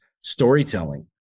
storytelling